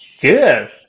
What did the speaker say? Good